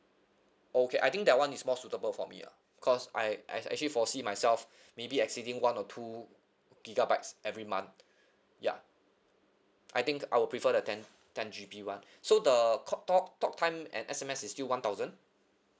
okay I think that one is more suitable for me lah cause I I actually foresee myself maybe exceeding one or two gigabytes every month ya I think I'll prefer the ten ten G_B one so the ca~ talk talk time and S_M_S is still one thousand